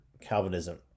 Calvinism